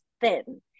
thin